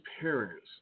parents